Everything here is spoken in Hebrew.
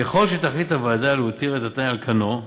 ככל שתחליט הוועדה להותיר את התנאי על כנו,